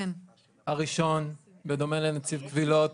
הראשון, בדומה לנציב קבילות,